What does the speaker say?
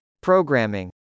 Programming